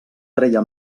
treia